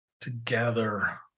together